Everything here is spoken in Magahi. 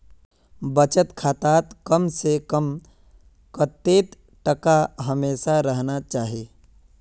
बचत खातात कम से कम कतेक टका हमेशा रहना चही?